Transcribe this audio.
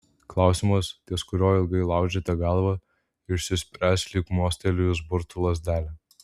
klausimas ties kuriuo ilgai laužėte galvą išsispręs lyg mostelėjus burtų lazdele